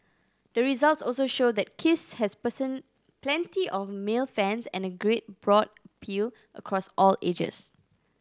the results also show that Kiss has person plenty of male fans and a great broad appeal across all ages